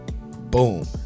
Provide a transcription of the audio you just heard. boom